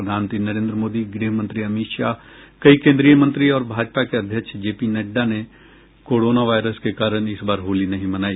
प्रधानमंत्री नरेन्द्र मोदी गृह मंत्री अमित शाह कई केन्द्रीय मंत्री और भाजपा के अध्यक्ष जेपी नड्डा ने कोरोना वायरस के कारण इस बार होली नहीं मनाई